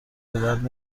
بدرد